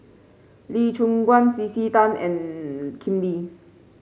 Lee Choon Guan C C Tan and Lim Lee